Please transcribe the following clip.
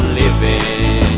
living